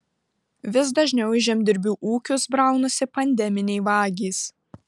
vis dažniau į žemdirbių ūkius braunasi pandeminiai vagys